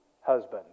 husband